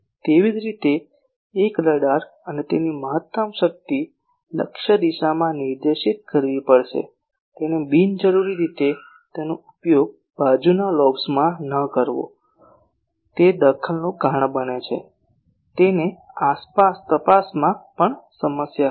તે જ રીતે એક રડાર તેને તેની મહત્તમ શક્તિ લક્ષ્ય દિશામાં નિર્દેશિત કરવી પડશે તેને બિનજરૂરી રીતે તેનો ઉપયોગ બાજુના લોબ્સમાં ન કરવો જોઇએ તે દખલનું કારણ બને છે અને તેને તપાસમાં પણ સમસ્યા હશે